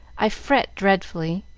i fret dreadfully,